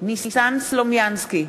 ניסן סלומינסקי,